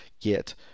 get